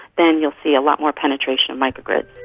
then you'll see a lot more penetration of micro-grids.